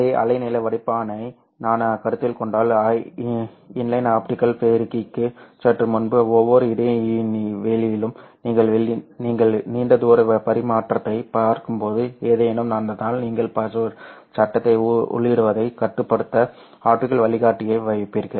அதே அலைநீள வடிப்பானை நான் கருத்தில் கொண்டால் இன்லைன் ஆப்டிகல் பெருக்கியுக்கு சற்று முன்பு ஒவ்வொரு இடைவெளியிலும் நீங்கள் நீண்ட தூர பரிமாற்றத்தைப் பார்க்கும்போது ஏதேனும் நடந்தால் நீங்கள் சத்தத்தை உள்ளிடுவதைக் கட்டுப்படுத்த ஆப்டிகல் வடிகட்டியை வைப்பீர்கள்